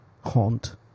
haunt